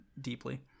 deeply